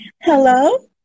hello